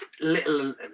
little